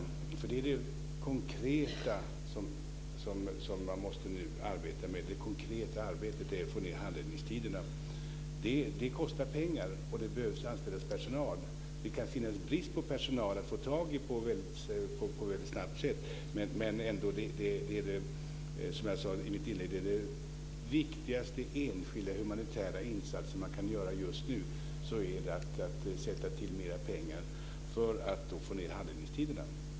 Det är det konkreta som man nu måste arbeta med. Det konkreta arbetet handlar om att få ned handläggningstiderna. Det kostar pengar, och det behöver anställas personal. Det kan finnas en brist på personal; det kan vara svårt att snabbt få tag i personal. Men som jag sade i mitt inlägg är ändå den viktigaste enskilda humanitära insatsen man kan göra just nu att sätta till mera pengar för att få ned handläggningstiderna.